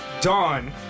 dawn